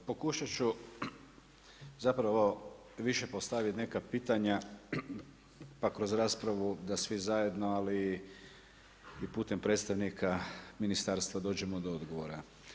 Ovako, pokušat ću zapravo više postaviti neka pitanja pa kroz raspravu da svi zajedno ali i putem predstavnika ministarstva dođemo do odgovora.